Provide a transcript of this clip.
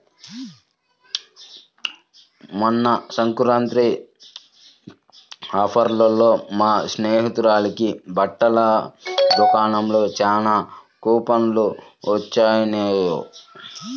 మొన్న సంక్రాంతి ఆఫర్లలో మా స్నేహితురాలకి బట్టల దుకాణంలో చానా కూపన్లు వొచ్చినియ్